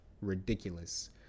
ridiculous